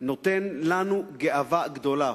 נותן לנו גאווה גדולה.